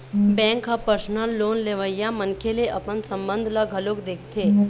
bank ह personal loan लेवइया मनखे ले अपन संबंध ल घलोक देखथे